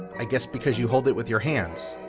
i guess because you hold it with your hands.